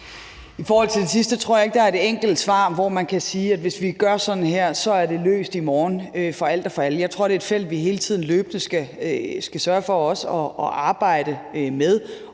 I forhold til det sidste tror jeg ikke der er et enkelt svar, hvor man kan sige, at hvis vi gør sådan her, er det løst i morgen for alt og for alle. Jeg tror, det er et felt, vi hele tiden løbende skal sørge for at arbejde med,